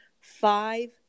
five